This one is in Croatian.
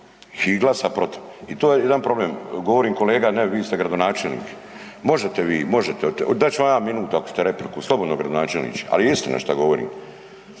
i glasa protiv. I to je jedan problem, govorim kolega ne vi ste gradonačelnik, možete vi, možete vi, dat ću vam ja minut ako ćete repliku, slobodno gradonačelniče, ali je istina šta govorim.